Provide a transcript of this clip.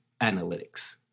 analytics